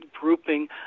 grouping